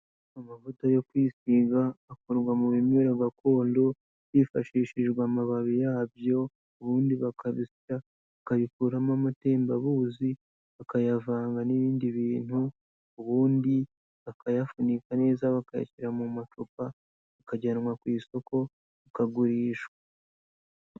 Amavuta yo kwisiga akorwa mu bimera gakondo hifashishijwe amababi yabyo ubundi bakabisya, bakabikuramo amatembabuzi bakayavanga n'ibindi bintu ubundi bakayafunika neza, bakayashyira mu macupa, akajyanwa ku isoko akagurishwa.